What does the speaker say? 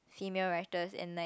female writers and like